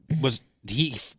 was—he